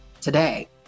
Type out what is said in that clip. today